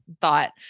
thought